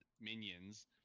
Minions